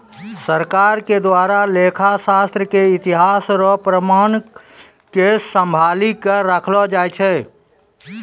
सरकार के द्वारा लेखा शास्त्र के इतिहास रो प्रमाण क सम्भाली क रखलो जाय छै